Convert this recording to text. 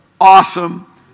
awesome